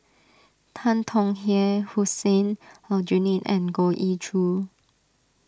Tan Tong Hye Hussein Aljunied and Goh Ee Choo